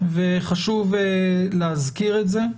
וחשוב להזכיר את זה.